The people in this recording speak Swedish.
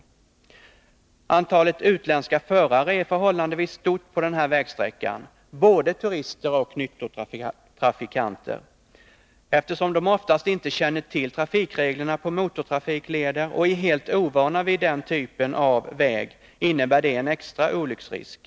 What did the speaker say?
Fredagen den Antalet utländska förare är förhållandevis stort på den här vägsträckan. 17 december 1982 Både turister och nyttotrafikanter. Eftersom de oftast inte känner till trafikreglerna på motortrafikleder och är helt ovana vid den typen av väg innebär (der en SR olycksrisk.